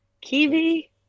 Kiwi